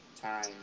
time